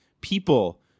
people